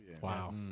Wow